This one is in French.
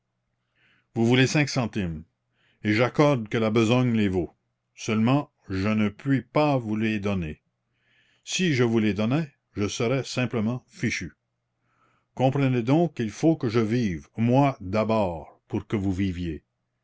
vous voulez cinq centimes et j'accorde que la besogne les vaut seulement je ne puis pas vous les donner si je vous les donnais je serais simplement fichu comprenez donc qu'il faut que je vive moi d'abord pour que vous viviez